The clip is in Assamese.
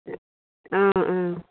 অঁ অঁ